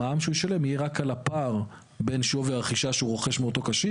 המע"מ שהוא ישלם יהיה רק על הפער בין שווי הרכישה שהוא רוכש מאותו קשיש,